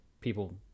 people